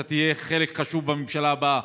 אתה תהיה חלק חשוב בממשלה הבאה,